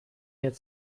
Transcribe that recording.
herd